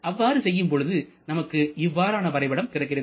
அவ்வாறு செய்யும் பொழுது நமக்கு இவ்வாறான வரைபடம் கிடைக்கிறது